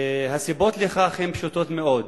הסיבות לכך הן פשוטות מאוד.